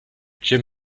jim